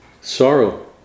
sorrow